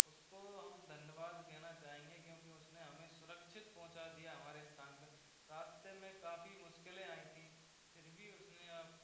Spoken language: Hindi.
उसको हम धन्यवाद कहना चाहेंगे क्योंकि उसने हमें सुरक्षित पहुँचा दिया हमारे स्थान पे रास्ते में काफ़ी मुश्किलें आई थीं फिर भी उसने आप